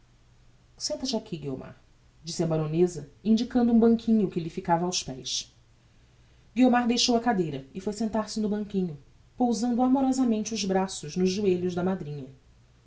aqui guiomar disse a baroneza indicando um banquinho que lhe ficava aos pés guiomar deixou a cadeira e foi sentar-se no banquinho pousando amorosamente os braços nos joelhos da madrinha